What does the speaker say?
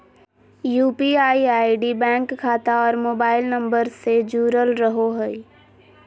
UPI ID bank खाता और mobile number से से जुरल रहो हइ